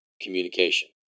communication